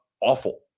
awful